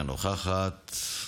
אינה נוכחת,